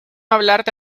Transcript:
hablarte